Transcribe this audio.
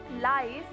life